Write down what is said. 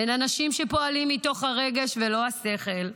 בין אנשים שפועלים מתוך הרגש ולא השכל,